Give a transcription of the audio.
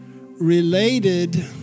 related